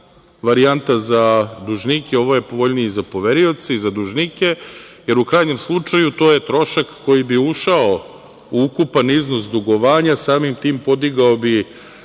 varijanta za dužnike, ovo je povoljnije za poverioce i za dužnike, jer u krajnjem slučaju to je trošak koji bi ušao u ukupan iznos dugovanja, samim tim podigao bi